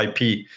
IP